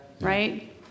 Right